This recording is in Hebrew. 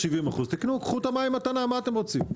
קחו את המים מתנה, מה אתם רוצים?